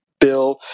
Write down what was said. bill